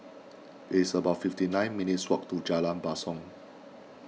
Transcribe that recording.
it's about fifty nine minutes' walk to Jalan Basong